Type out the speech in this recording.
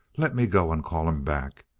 let me go and call him back.